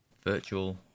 virtual